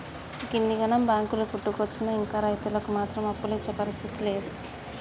గిన్నిగనం బాంకులు పుట్టుకొచ్చినా ఇంకా రైతులకు మాత్రం అప్పులిచ్చే పరిస్థితి లేదు